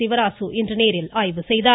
சிவராசு இன்று நேரில் ஆய்வு செய்தார்